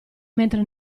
mentre